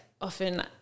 often